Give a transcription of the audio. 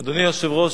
אדוני היושב-ראש,